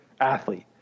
athlete